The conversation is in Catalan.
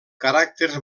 caràcters